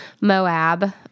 Moab